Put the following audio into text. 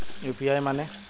UPI माने?